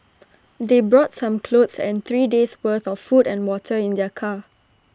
they brought some clothes and three days' worth of food and water in their car